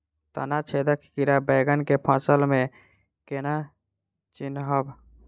तना छेदक कीड़ा बैंगन केँ फसल म केना चिनहब?